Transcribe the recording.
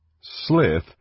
Slith